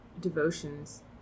devotions